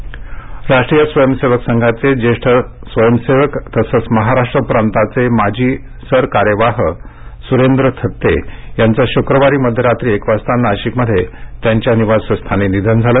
निधन राष्ट्रीय स्वयंसेवक संघाचे ज्येष्ठ स्वयंसेवक तसंच महाराष्ट्रप्रांताचे माजी सरकार्यवाह सुरेंद्र भास्कर थत्ते यांचं शुक्रवारी मध्यरात्री एक वाजता नाशिकमध्ये त्यांच्या निवासस्थानी निधन झालं